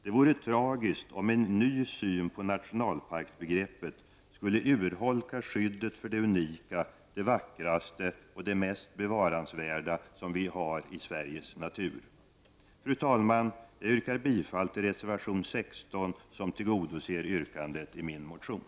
Det vore tragiskt om en ny syn på nationalparksbegreppet skulle urholka skyddet för det unika, det vackraste och det mest bevarandevärda som vi har i Sveriges natur. Fru talman! Jag yrkar bifall till reservation 16, som tillgodoser yrkandet i min motion.